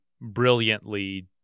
brilliantly